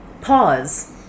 pause